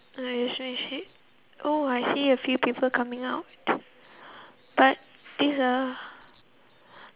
relationship oh I see a few people coming out but